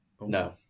No